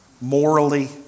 Morally